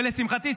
ולשמחתי,